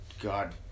God